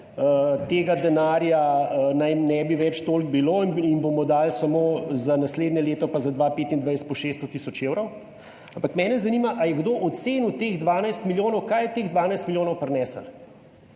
tega denarja naj ne bi več toliko bilo in jim bomo dali samo za naslednje leto pa za 2025 po 600 tisoč evrov. Ampak mene zanima, ali je kdo ocenil teh 12 milijonov. Kaj je teh 12 milijonov prineslo,